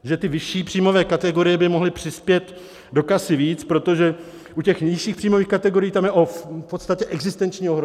Že ty vyšší příjmové kategorie by mohly přispět do kasy víc, protože u nižších příjmových kategorií tam je v podstatě existenční ohrožení.